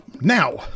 Now